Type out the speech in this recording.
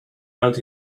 out